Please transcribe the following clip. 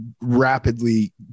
rapidly